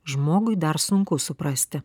žmogui dar sunku suprasti